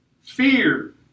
Fear